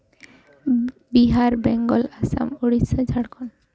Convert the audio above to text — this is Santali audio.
ᱵᱤᱦᱟᱨ ᱵᱮᱝᱜᱚᱞ ᱟᱥᱟᱢ ᱳᱰᱤᱥᱟ ᱡᱷᱟᱲᱠᱷᱚᱸᱰ